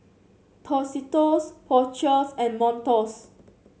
Tostitos Porsches and Montos